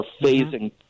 phasing